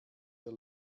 der